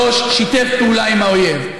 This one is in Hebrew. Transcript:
3. שיתף פעולה עם האויב.